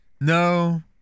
No